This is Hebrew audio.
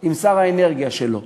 עם שר האנרגיה שלו.